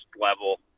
level